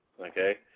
Okay